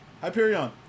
Hyperion